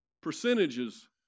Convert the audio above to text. percentages